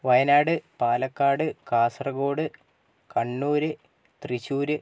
Wayanad Palakkad Kasaragod Kannur Thrissur